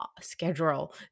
schedule